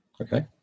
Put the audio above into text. Okay